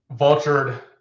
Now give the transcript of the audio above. vultured